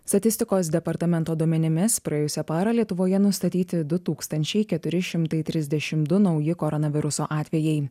statistikos departamento duomenimis praėjusią parą lietuvoje nustatyti du tūkstančiai keturi šimtai trisdešimt du nauji koronaviruso atvejai